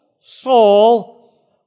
Saul